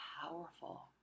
powerful